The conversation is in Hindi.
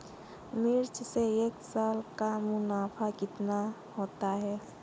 मिर्च से एक साल का मुनाफा कितना होता है?